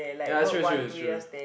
ya is true is true is true